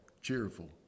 cheerful